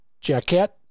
Jacket